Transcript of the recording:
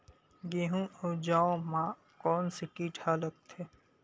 गेहूं अउ जौ मा कोन से कीट हा लगथे?